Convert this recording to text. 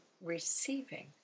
receiving